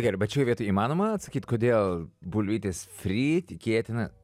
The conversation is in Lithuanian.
gerai bet šioj vietoj įmanoma atsakyt kodėl bulvytės fry tikėtina